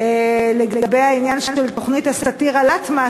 לגבי העניין של תוכנית הסאטירה "לאטמה",